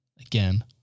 again